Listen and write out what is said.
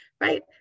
right